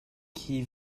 qui